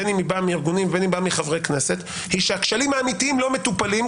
בין אם באה מארגונים ובין אם מחברי כנסת - שהכשלים האמיתיים לא מטופלים,